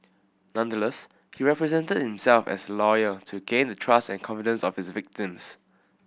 nonetheless he represented himself as a lawyer to gain the trust and confidence of his victims